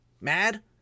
mad